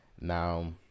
now